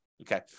Okay